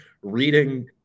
reading